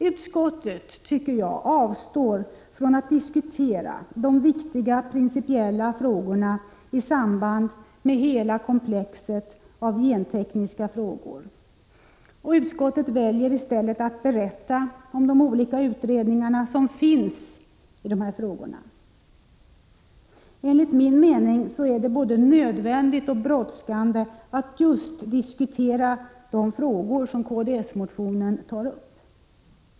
Utskottet avstår, tycker jag, från att diskutera de viktiga principiella frågorna i samband med hela komplexet av gentekniska frågor och väljer i stället att berätta om de olika utredningar som finns i dessa frågor. Enligt min mening är det både nödvändigt och brådskande att diskutera just de frågor som tas upp i kds-motionen.